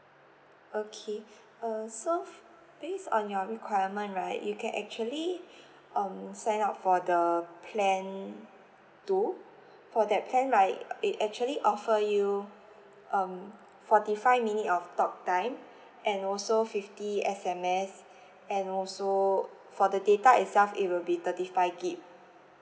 okay uh so based on your requirement right you can actually um sign up for the plan two for that plan right it actually offer you um forty five minute of talktime and also fifty S_M_S and also for the data itself it will be thirty five gig